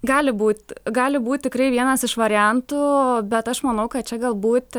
gali būt gali būt tikrai vienas iš variantų bet aš manau kad čia galbūt